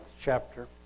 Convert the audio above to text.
chapter